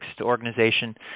organization